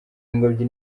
ingobyi